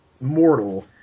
mortal